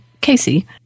Casey